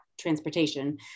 transportation